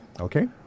Okay